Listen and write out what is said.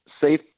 safe